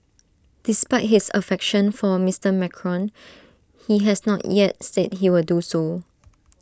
despite his affection for A Mister Macron he has not yet said he will do so